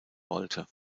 wollte